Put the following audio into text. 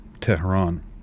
Tehran